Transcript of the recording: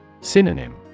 Synonym